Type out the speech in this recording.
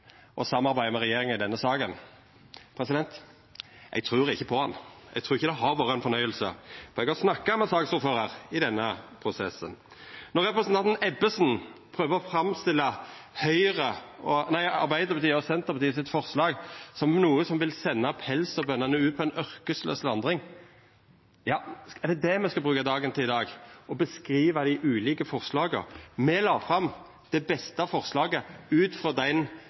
med regjeringa i denne saka, trur eg ikkje på han, eg trur ikkje det har vore ein fornøyelse. Eg har snakka med saksordføraren i denne prosessen. Representanten Ebbesen prøver å framstilla forslaget frå Arbeidarpartiet og Senterpartiet som noko som ville senda pelsdyrbøndene ut på ei yrkeslaus vandring. Er det det me skal bruka dagen i dag til – å beskriva dei ulike forslaga? Me la fram det beste forslaget ut frå dei